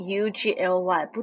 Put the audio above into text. ugly